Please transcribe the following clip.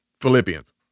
Philippians